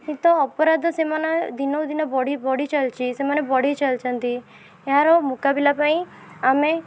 ଏତେ ଅପରାଧ ସେମାନେ ଦିନକୁ ଦିନ ବଢ଼ି ବଢ଼ି ଚାଲିଛି ସେମାନେ ବଢ଼େଇ ଚାଲିଛନ୍ତି ଏହାର ମୁକାବିଲା ପାଇଁ ଆମେ